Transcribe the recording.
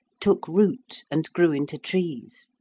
took root and grew into trees.